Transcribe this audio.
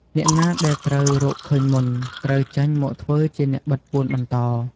អ្នកណាដែលត្រូវរកឃើញមុន ត្រូវចេញមកធ្វើជាអ្នកបិទពួនបន្ត ។